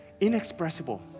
inexpressible